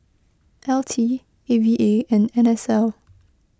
L T A V A and N S L